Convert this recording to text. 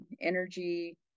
energy